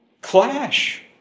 clash